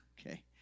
okay